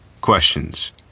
questions